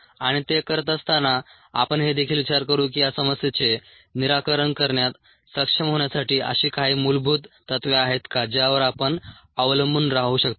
आणि ते करत असताना आपण हे देखील विचारू की या समस्येचे निराकरण करण्यात सक्षम होण्यासाठी अशी काही मूलभूत तत्त्वे आहेत का ज्यावर आपण अवलंबून राहू शकतो